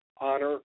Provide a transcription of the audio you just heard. honor